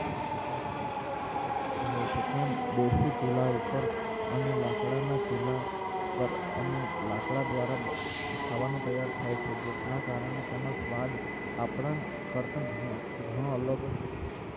એક ઘરની અંદર જ બનાવેલો હોય છે ત્યાં દેશી ચૂલા ઉપર અને લાકડાના ચૂલા પર અને લાકડા દ્વારા ખાવાનું તૈયાર થાય છે જેના કારણે તેનો સ્વાદ આપણા કરતો ઘણો ઘણો અલગ જ હોય છે